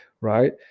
right